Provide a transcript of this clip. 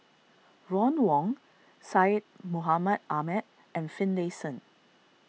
Ron Wong Syed Mohamed Ahmed and Finlayson